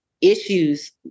issues